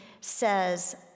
says